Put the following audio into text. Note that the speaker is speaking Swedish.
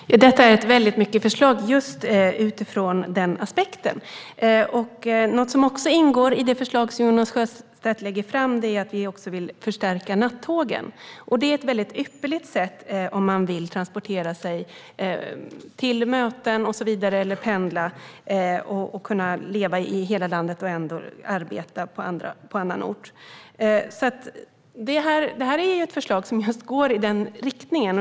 Herr talman! Detta är ett väldigt nyttigt förslag just utifrån denna aspekt. Något som också ingår i det förslag som Jonas Sjöstedt lägger fram är att vi vill förstärka nattågen. Det är ett ypperligt sätt om man vill transportera sig till möten eller pendla och så vidare. Det är bra om man vill kunna leva i landets alla delar och arbeta på annan ort. Detta är alltså ett förslag som går just i denna riktning.